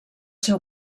seu